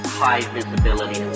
high-visibility